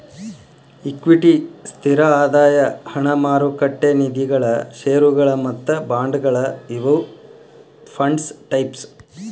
equity ಸ್ಥಿರ ಆದಾಯ ಹಣ ಮಾರುಕಟ್ಟೆ ನಿಧಿಗಳ ಷೇರುಗಳ ಮತ್ತ ಬಾಂಡ್ಗಳ ಇವು ಫಂಡ್ಸ್ ಟೈಪ್ಸ್